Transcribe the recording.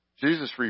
Jesus